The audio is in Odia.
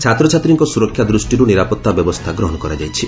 ଛାତ୍ରଛାତ୍ରୀଙ୍କ ସୁରକ୍ଷା ଦୃଷ୍ଟିରୁ ନିରାପତ୍ତା ବ୍ୟବସ୍ଥା ଗ୍ରହଣ କରାଯାଇଛି